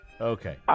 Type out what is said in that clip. Okay